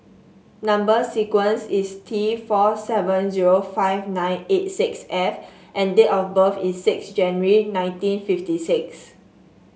number sequence is T four seven zero five nine eight six F and date of birth is six January nineteen fifty six